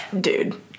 Dude